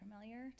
familiar